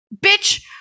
bitch